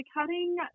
cutting